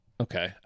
Okay